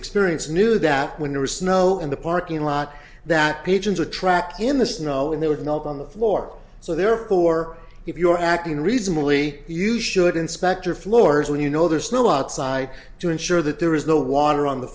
experience knew that when there was snow in the parking lot that patrons attract in the snow and they would melt on the floor so therefore if you are acting reasonably you should inspect your floors when you know there is no outside to ensure that there is no water on the